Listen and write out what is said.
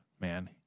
man